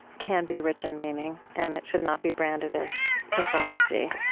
can be rich in meaning, and it should not be branded as pathology.